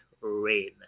rain